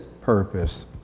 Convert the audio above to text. purpose